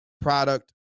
product